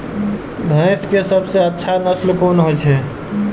भैंस के सबसे अच्छा नस्ल कोन होय छे?